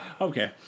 Okay